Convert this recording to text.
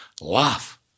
Laugh